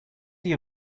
you